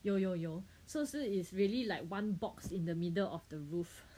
有有有 so 是 is really like one box in the middle of the roof